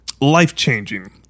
life-changing